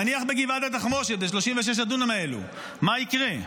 נניח בגבעת התחמושת, ב-36 הדונם האלה, מה יקרה?